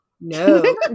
No